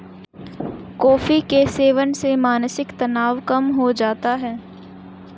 coffee के सेवन से मानसिक तनाव कम हो जाता है